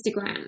Instagram